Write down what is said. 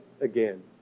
again